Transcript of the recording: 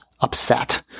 upset